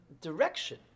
direction